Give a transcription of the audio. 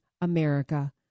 america